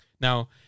Now